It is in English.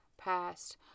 passed